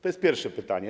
To jest pierwsze pytanie.